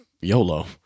YOLO